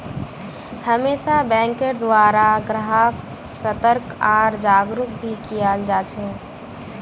हमेशा बैंकेर द्वारा ग्राहक्क सतर्क आर जागरूक भी कियाल जा छे